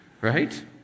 right